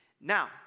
Now